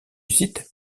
site